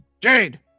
Jade